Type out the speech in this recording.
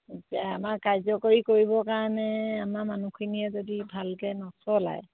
এতিয়া আমাৰ কাৰ্যকৰী কৰিবৰ কাৰণে আমাৰ মানুহখিনিয়ে যদি ভালকৈ নচলায়